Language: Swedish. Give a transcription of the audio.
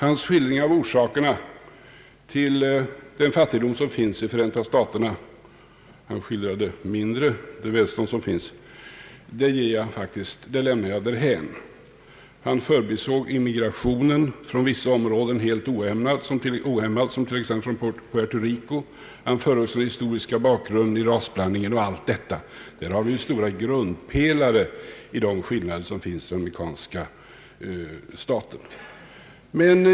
Hans skildring av orsakerna till den fattigdom som finns i Förenta staterna — han skildrade mindre det välstånd som finns — lämnar jag därhän. Han förbisåg den ohämmade immigrationen Rico. Han förbisåg den historiska bakgrunden, rasblandningen och allt annat. Där har vi ju stora grundpelare i de skillnader som finns inom den amerikanska staten.